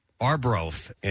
Arbroath